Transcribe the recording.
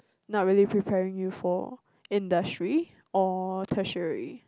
not really preparing you for industry or tertiary